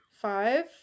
Five